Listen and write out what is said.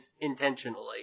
intentionally